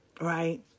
right